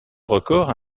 record